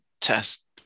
test